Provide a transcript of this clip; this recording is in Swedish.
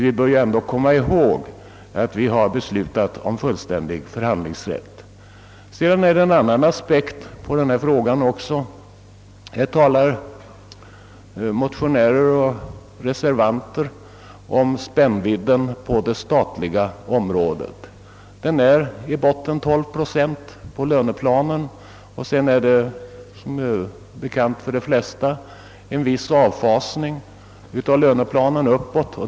Vi bör ändå komma ihåg att vi beslutat om fullständig förhandlingsrätt. Sedan finns det också en annan aspekt på denna fråga. Här talar motionärer och reservanter om spännvidden på det statliga området. Den är 12 procent i botten på löneplanen. Sedan sker som bekant en viss avfasning i löneplanen uppåt.